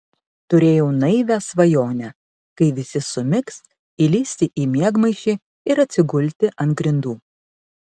turėjau naivią svajonę kai visi sumigs įlįsti į miegmaišį ir atsigulti ant grindų